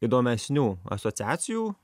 įdomesnių asociacijų